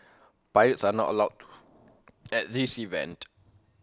pirates are not allowed at this event